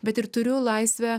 bet ir turiu laisvę